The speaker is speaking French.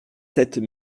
sept